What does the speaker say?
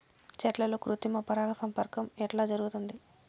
చెట్లల్లో కృత్రిమ పరాగ సంపర్కం ఎట్లా జరుగుతుంది?